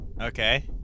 Okay